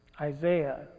Isaiah